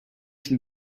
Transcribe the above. can